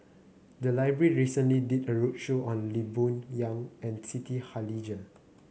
the library recently did a roadshow on Lee Boon Yang and Siti Khalijah